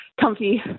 comfy